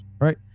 right